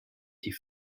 die